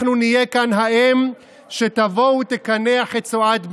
אנחנו נהיה כאן האם שתבוא ותקנח את צואת בנה.